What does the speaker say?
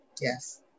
Yes